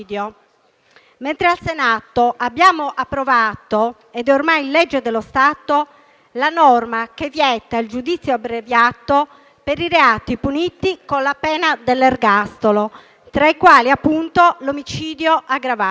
mentre al Senato abbiamo approvato - ed è ormai legge dello Stato - la norma che vieta il giudizio abbreviato per i reati puniti con la pena dell'ergastolo, tra i quali appunto l'omicidio aggravato.